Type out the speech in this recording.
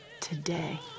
today